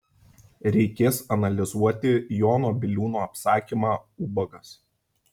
reikės analizuoti jono biliūno apsakymą ubagas